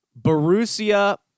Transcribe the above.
Borussia